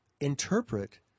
interpret